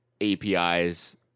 APIs